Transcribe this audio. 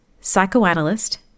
psychoanalyst